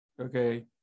okay